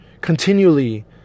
Continually